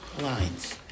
lines